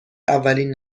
اولین